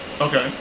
Okay